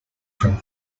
from